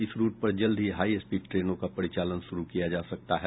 इस रूट पर जल्द ही हाई स्पीड ट्रेनों का परिचालन शुरू किया जा सकता है